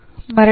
ಮರಳಿ ಸ್ವಾಗತ